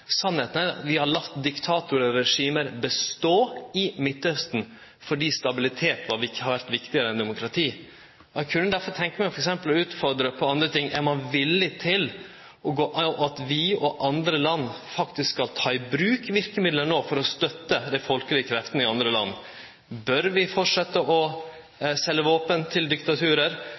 er at vi har late diktatorar og regime bestå i Midtausten fordi stabilitet har vore viktigare enn demokrati. Eg kunne derfor tenkje meg å utfordre på andre ting: Er ein villig til at vi og andre land faktisk skal ta i bruk verkemiddel no for å støtte dei folkelege kreftene i andre land? Bør vi fortsetje å selje våpen til